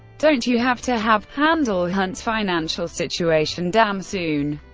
don't you have to have handle hunt's financial situation damn soon,